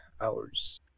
hours